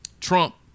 trump